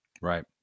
Right